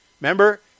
Remember